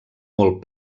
molt